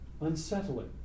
unsettling